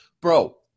bro